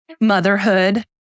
motherhood